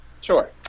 Sure